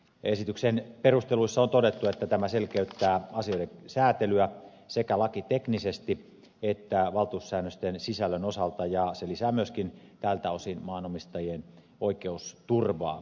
esityksen perusteluissa on todettu että tämä selkeyttää asioiden säätelyä sekä lakiteknisesti että valtuussäännösten sisällön osalta ja se lisää myöskin tältä osin maanomistajien oikeusturvaa